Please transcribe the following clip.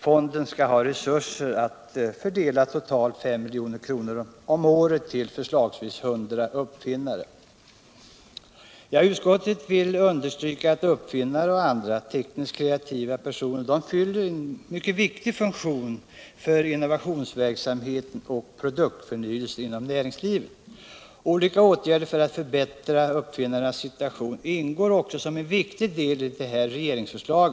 Fonden skall ha resurser att fördela totalt 5 milj.kr. om året till förslagsvis 100 uppfinnare. Utskottet vill understryka att uppfinnare och andra tekniskt kreativa personer fyller en viktig funktion för innovationsverksamheten och produktförnyelsen inom näringslivet. Olika åtgärder för att förbättra uppfinnarnas situation ingår också som en viktig del i detta regeringsförslag.